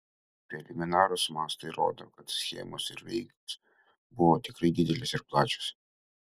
preliminarūs mastai rodo kad schemos ir veikos buvo tikrai didelės ir plačios